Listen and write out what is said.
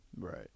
Right